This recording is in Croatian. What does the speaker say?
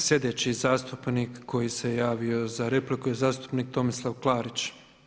Sljedeći zastupnik koji se javio za repliku je zastupnik Tomislav Klarić.